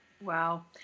Wow